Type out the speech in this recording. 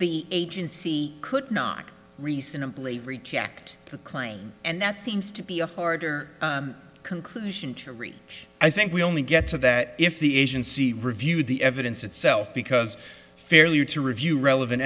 the agency could knock reasonably reject the claim and that seems to be a forger conclusion to reach i think we only get to that if the agency reviewed the evidence itself because fairly or to review relevant